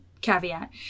caveat